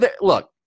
look